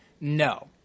no